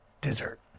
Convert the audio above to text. dessert